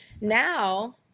Now